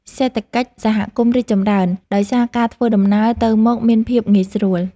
សេដ្ឋកិច្ចសហគមន៍រីកចម្រើន ដោយសារការធ្វើដំណើរទៅមកមានភាពងាយស្រួល។